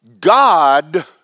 God